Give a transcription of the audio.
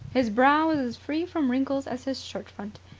his brow was as free from wrinkles as his shirt-front.